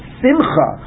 simcha